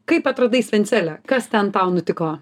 kaip atradai svencelę kas ten tau nutiko